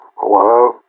Hello